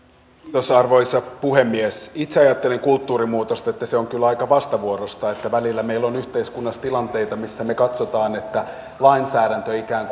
arvoisa puhemies itse ajattelen kulttuurinmuutoksesta että se on kyllä aika vastavuoroista välillä meillä on yhteiskunnassa tilanteita missä me katsomme että lainsäädäntö ikään